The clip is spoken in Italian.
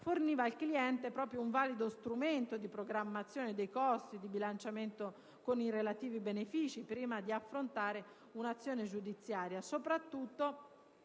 forniva al cliente un valido strumento di programmazione dei costi e di bilanciamento con i relativi benefici, prima di affrontare un'azione giudiziaria,